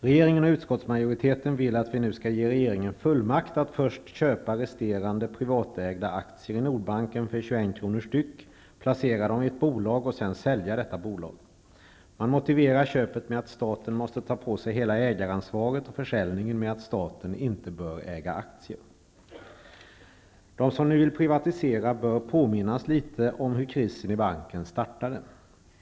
Regeringen och utskottsmajoriteten vill att vi nu skall ge regeringen fullmakt att först köpa resterande privatägda aktier i Nordbanken för 21 kr. styck, placera dem i ett bolag och sedan sälja detta bolag. Man motiverar köpet med att staten måste ta på sig hela ägaransvaret och försäljningen med att staten inte bör äga aktier. De som nu vill privatisera bör påminnas litet om hur krisen i banken startade.